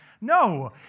No